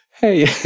Hey